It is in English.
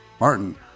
Martin